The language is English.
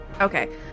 Okay